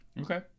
Okay